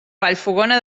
vallfogona